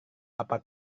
apa